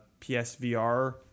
PSVR